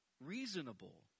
reasonable